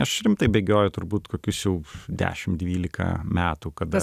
aš rimtai bėgioju turbūt kokius jau dešim dvylika metų kada